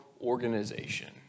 organization